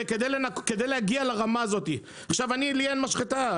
לי אין משחטה,